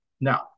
Now